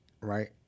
right